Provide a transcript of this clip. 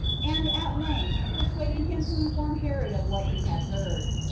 and at length persuaded him to inform herod of what he had heard.